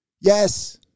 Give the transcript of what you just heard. Yes